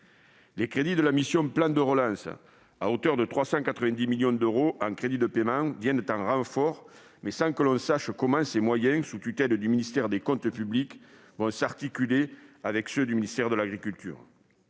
Les crédits de la mission « Plan de relance », à hauteur de 390 millions d'euros en crédits de paiement, viennent en renfort, mais sans que l'on sache comment ces moyens, sous tutelle du ministère des comptes publics, s'articuleront avec ceux du ministère de l'agriculture.